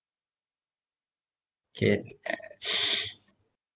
K uh